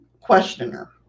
Questioner